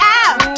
out